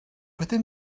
wedyn